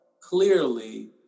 clearly